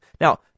Now